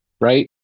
right